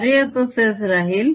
कार्य तसेच राहील